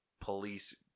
police